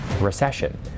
recession